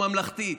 הממלכתית.